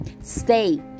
Stay